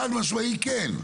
חד משמעי כן.